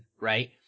right